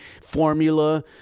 formula